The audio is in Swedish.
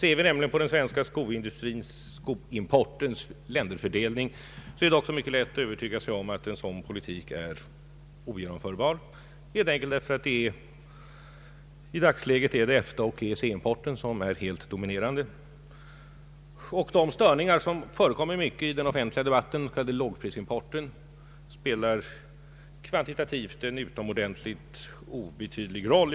Om vi ser på den svenska skoimportens länderfördelning, så är det nämligen mycket lätt att övertyga sig om att en sådan politik är ogenomförbar, helt enkelt där för att EFTA och EEC-importen i dagens läge är helt dominerande. De störningar som det talas om i den offentliga debatten beträffande lågprisimporten spelar kvantitativt en synnerligen obetydlig roll.